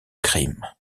crime